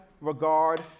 regard